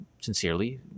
sincerely